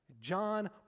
John